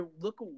look